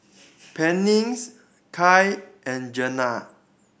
Pennies Kai and Jenna